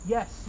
Yes